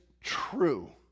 true